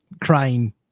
crying